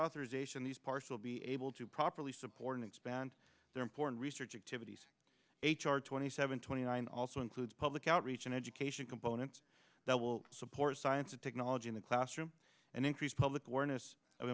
authorization these parts will be able to properly supported expand their important research activities h r twenty seven twenty nine also includes public outreach and education components that will support science and technology in the classroom and increase public awareness of